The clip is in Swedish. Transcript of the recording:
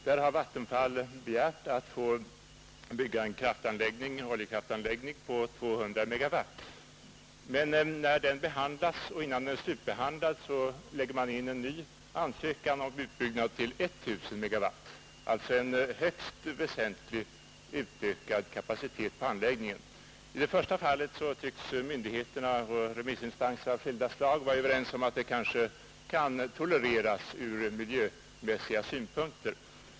Där har Vattenfall begärt att få bygga en oljekraftanläggning på 200 megawatt, men innan den ansökan slutbehandlats kom det in en ny ansökan om utbyggnad till 1 000 megawatt, alltså en högst väsentligt större kapacitet på anläggningen. I det första fallet tycks myndigheter och remissinstanser av skilda slag vara överens om att utbyggnaden kan tolereras från miljömässiga synpunkter.